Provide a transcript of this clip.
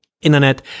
internet